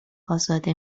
ازاده